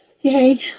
Yay